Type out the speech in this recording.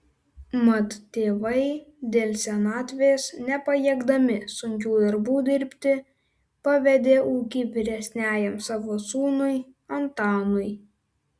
mat tėvai dėl senatvės nepajėgdami sunkių darbų dirbti pavedė ūkį vyresniajam savo sūnui antanui